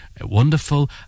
wonderful